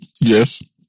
yes